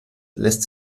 lässt